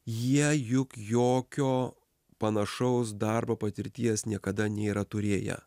jie juk jokio panašaus darbo patirties niekada nėra turėję